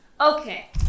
Okay